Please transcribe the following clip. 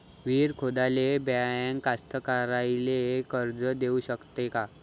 विहीर खोदाले बँक कास्तकाराइले कर्ज देऊ शकते का?